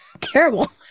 Terrible